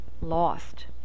lost